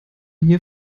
hier